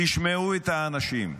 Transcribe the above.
תשמעו את האנשים.